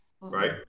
right